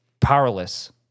powerless